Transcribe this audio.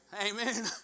Amen